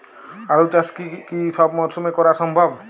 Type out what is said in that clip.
আলু চাষ কি সব মরশুমে করা সম্ভব?